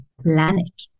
planet